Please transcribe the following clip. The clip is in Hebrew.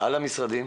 על המשרדים,